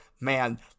Man